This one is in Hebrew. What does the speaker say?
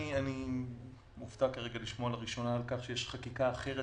אני מופתע לשמוע לראשונה לשמוע שיש חקיקה אחרת